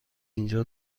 اینجا